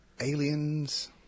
Aliens